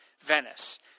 Venice